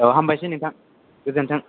अ हामबायसै नोंथां गोजोन्थों